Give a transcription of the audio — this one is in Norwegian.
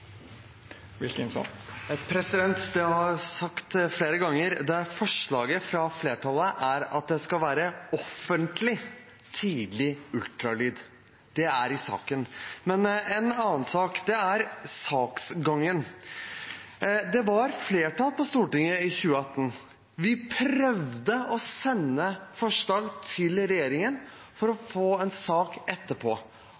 Det er sagt flere ganger: Forslaget fra flertallet er at det skal være offentlig tidlig ultralyd. Det er i saken. Men en annen sak er saksgangen. Det var flertall på Stortinget i 2018. Vi prøvde å sende et forslag til regjeringen for